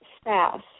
staff